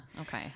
Okay